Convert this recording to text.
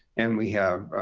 and we have